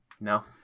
No